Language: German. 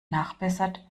nachbessert